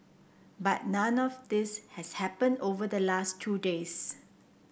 but none of this has happen over the last two days